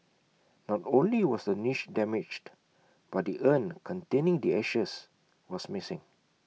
not only was the niche damaged but the urn containing the ashes was missing